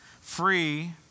free